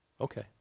Okay